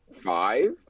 Five